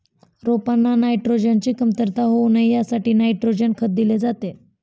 रोपांना नायट्रोजनची कमतरता होऊ नये यासाठी नायट्रोजन खत दिले जाते